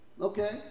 okay